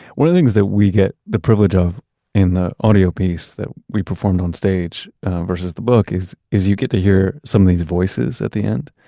one of the things that we get the privilege of in the audio piece that we performed on stage versus the book, is is you get to hear some of these voices at the end.